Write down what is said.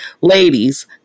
Ladies